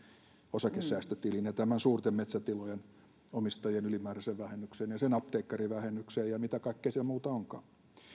osakesäästötilin ja tämän suurten metsätilojen omistajien ylimääräisen vähennyksen ja sen apteekkarivähennyksen ja mitä kaikkea siellä muuta onkaan